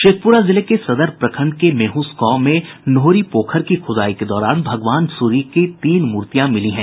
शेखप्रा जिले के सदर प्रखण्ड के मेहंस गांव में नोहरी पोखर की खूदाई के दौरान भगवान सूर्य की तीन मूर्तियां मिली हैं